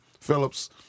Phillips